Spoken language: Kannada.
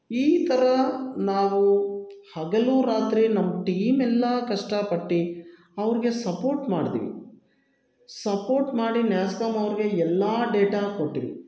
ಈ ಥರ ನಾವು ಹಗಲು ರಾತ್ರಿ ನಮ್ಮ ಟೀಮೆಲ್ಲ ಕಷ್ಟಪಟ್ಟು ಅವ್ರಿಗೆ ಸಪೋರ್ಟ್ ಮಾಡಿದ್ವಿ ಸಪೋರ್ಟ್ ಮಾಡಿ ನ್ಯಾಸ್ಕಮ್ ಅವ್ರಿಗೆ ಎಲ್ಲ ಡೇಟ ಕೊಟ್ವಿ